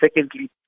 Secondly